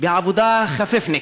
בעבודה חפיפניקית,